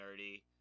nerdy